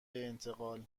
انتقال